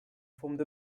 formed